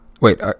Wait